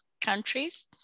countries